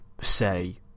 say